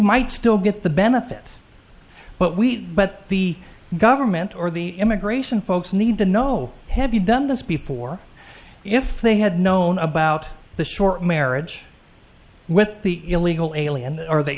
might still get the benefit but we but the government or the immigration folks need to know have you done this before if they had known about the short marriage with the illegal alien or the